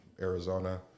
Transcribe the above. Arizona